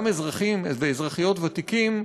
גם אזרחים ואזרחיות ותיקים,